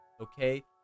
Okay